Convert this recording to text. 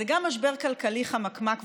זה גם משבר כלכלי חמקמק,